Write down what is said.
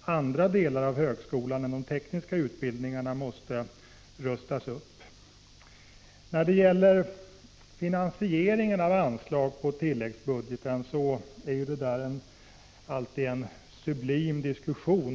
andra delar av högskolan än de tekniska utbildningarna måste rustas upp. Finansieringen av anslag på tilläggsbudgeten innebär alltid en sublim diskussion.